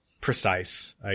precise